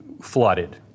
flooded